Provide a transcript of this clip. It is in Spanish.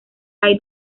hay